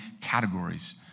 categories